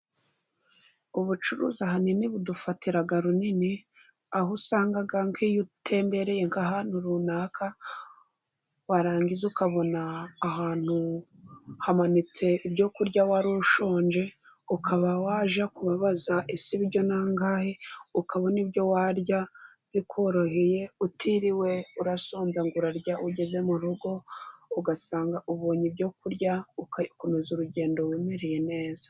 Ubucuruza ahanini budufatira runini aho usanga nk' iyo utembereye nk' ahantu runaka, warangiza ukabona ahantu hamanitse ibyo kurya wari ushonje ukaba wajya kubabaza ese ibiryo ni angahe? ukabona ibyo warya bikoroheye utiriwe urasonza ngo urarya ugeze mu rugo ugasanga ubonye ibyo kurya, ugakomeza urugendo wimereye neza.